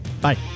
Bye